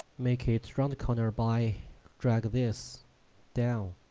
make it round corner by draging this down